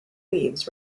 leaves